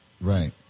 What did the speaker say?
Right